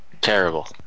Terrible